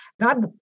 God